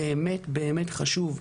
כלומר אנחנו רואים שזה באמת חשוב.